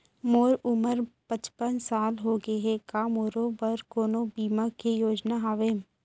मोर उमर पचपन साल होगे हे, का मोरो बर कोनो बीमा के योजना हावे?